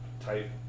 type